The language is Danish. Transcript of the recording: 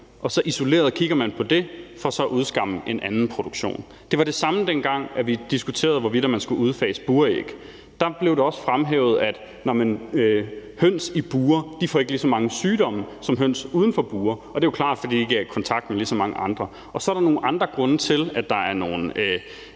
og kigger isoleret på det for så at udskamme en anden produktion. Det var det samme, dengang vi diskuterede, hvorvidt man skulle udfase buræg. Der blev det også fremhævet, at høns i bure ikke får lige så mange sygdomme som høns uden for bure, og det er jo klart, for de er ikke i kontakt med de ligeså mange andre. Så er der nogle andre grunde til, at der er nogle